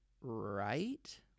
right